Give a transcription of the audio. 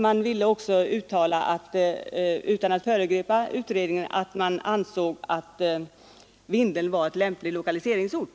Vi ville också utan att föregripa utredningen klart uttala att vi ansåg att Vindeln var en lämplig lokaliseringsort.